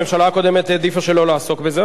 הממשלה הקודמת העדיפה שלא לעסוק בזה,